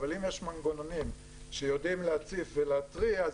אבל אם יש מנגנונים שיודעים להציף ולהתריע,